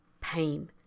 pain